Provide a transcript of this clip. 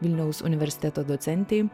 vilniaus universiteto docentei